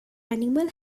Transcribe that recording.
animal